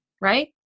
right